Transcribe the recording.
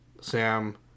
Sam